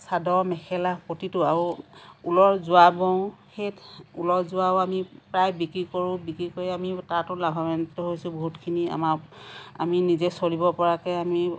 চাদৰ মেখেলা প্ৰতিটোও আৰু ঊলৰ যোৰা বওঁ সেই ঊলৰ যোৰাও আমি প্ৰায় বিক্ৰী কৰোঁ বিক্ৰী কৰি আমি তাতো লাভাবান্বিত হৈছোঁ বহুতখিনি আমাৰ আমি নিজে চলিব পৰাকৈ আমি